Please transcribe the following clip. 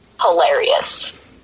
hilarious